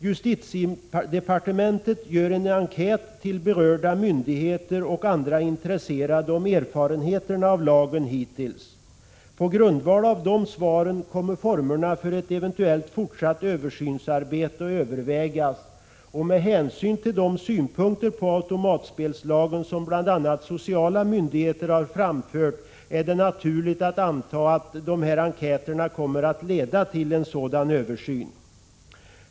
Justitiedepartementet gör en enkät till berörda myndigheter och andra intresserade om erfarenheterna hittills av lagen. På grundval av de svaren kommer formerna för ett eventuellt fortsatt översynsarbete att övervägas, och med hänsyn till de synpunkter på automatspelslagen som bl.a. sociala myndigheter har framfört är det naturligt att anta att de här enkäterna kommer att leda till en sådan översyn.